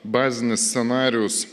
bazinis scenarijus